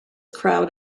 crowd